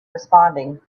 responding